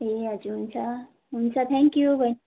ए हजुर हुन्छ हुन्छ थ्याङ्क्यु बहिनी